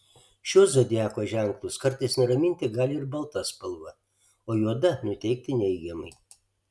šiuos zodiako ženklus kartais nuraminti gali ir balta spalva o juoda nuteikti neigiamai